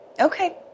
okay